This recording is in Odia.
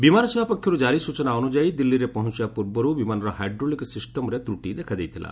ବିମାନ ସେବା ପକ୍ଷରୁ ଜାରୀ ସୂଚନା ଅନୁଯାୟୀ ଦିଲ୍ଲୀରେ ପହଞ୍ଚବା ପୂର୍ବରୁ ବିମାନର ହାଇଡ୍ରୋଲିକ ସିଷ୍ଟମର ତ୍ରଟି ଦେଖାଦେଇଥିଲା